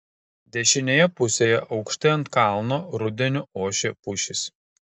dešinėje pusėje aukštai ant kalno rudeniu ošė pušys